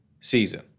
season